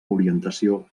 orientació